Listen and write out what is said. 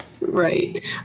Right